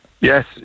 Yes